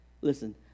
listen